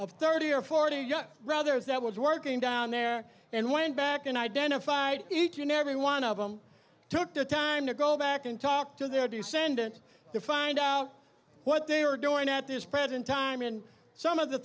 of thirty or forty young brothers that were working down there and went back and identified each and every one of them took the time to go back and talk to their due cendant to find out what they were doing at this present time and some of the